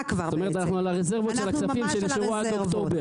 לממשלה הזו להיטיב עם הגליל ולשנות סדרי עדיפויות בכל הקשור